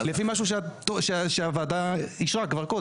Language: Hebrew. לפי משהו שהוועדה אישרה כבר קודם.